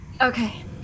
Okay